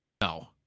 No